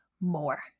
more